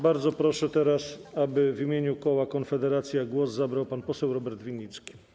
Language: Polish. Bardzo proszę, aby w imieniu koła Konfederacja głos zabrał pan poseł Robert Winnicki.